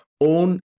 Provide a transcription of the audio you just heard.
own